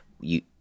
you-